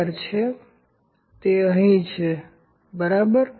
00 છે અને તે અહીં છે બરાબર